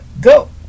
go